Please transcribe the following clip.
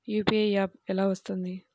UPI app ఎలా వస్తుంది?